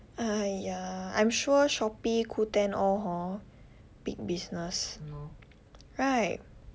!aiya! I'm sure Shopee Qoo ten all hor big business right